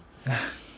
yeah